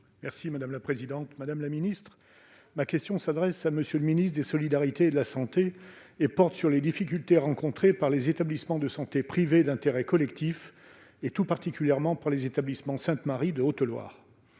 et de la santé. Madame la ministre, ma question s'adresse à M. le ministre des solidarités et de la santé et porte sur les difficultés rencontrées par les établissements de santé privés d'intérêt collectif, tout particulièrement le centre hospitalier Sainte-Marie en Haute-Loire.